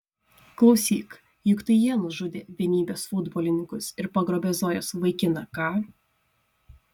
klausyk juk tai jie nužudė vienybės futbolininkus ir pagrobė zojos vaikiną ką